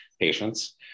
patients